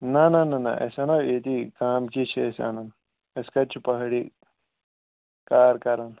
نا نا نا نا اَسہِ اَنو ییٚتی گامکی چھِ أسۍ اَنان أسۍ کَتہِ چھِ پہٲڑی کار کَران